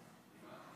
קבוצת סיעת יהדות